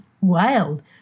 wild